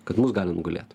kad mus gali nugalėt